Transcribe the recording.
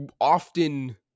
often